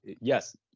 yes